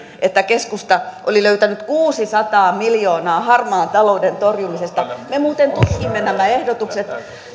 niin keskusta oli löytänyt kuusisataa miljoonaa harmaan talouden torjumisesta me muuten tutkimme nämä ehdotukset